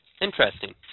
Interesting